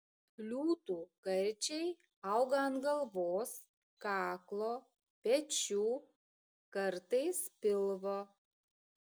liūtų karčiai auga ant galvos kaklo pečių kartais pilvo